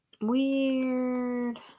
weird